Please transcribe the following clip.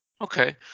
Okay